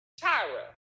Tyra